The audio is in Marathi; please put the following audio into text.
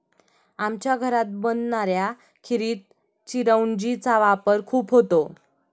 आमच्या घरात बनणाऱ्या खिरीत चिरौंजी चा वापर खूप होतो